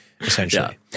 essentially